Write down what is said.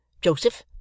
Joseph